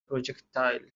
projectile